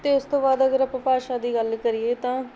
ਅਤੇ ਉਸ ਤੋਂ ਬਾਅਦ ਅਗਰ ਆਪਾਂ ਭਾਸ਼ਾ ਦੀ ਗੱਲ ਕਰੀਏ ਤਾਂ